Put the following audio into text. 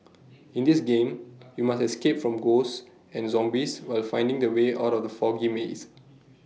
in this game you must escape from ghosts and zombies while finding the way out of the foggy maze